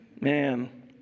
Man